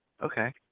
Okay